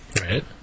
Right